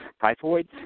typhoid